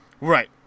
Right